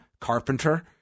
Carpenter